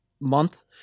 month